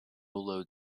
load